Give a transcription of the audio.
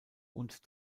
und